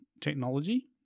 technology